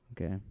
Okay